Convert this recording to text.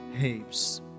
heaps